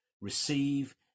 receive